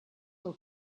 del